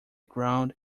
ground